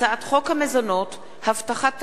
הצעת חוק המזונות (הבטחת תשלום)